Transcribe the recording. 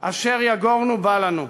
אשר יגורנו בא לנו.